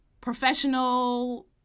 professional